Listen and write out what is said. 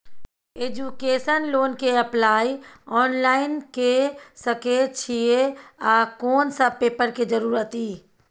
Education loan के apply online के सके छिए आ कोन सब पेपर के जरूरत इ?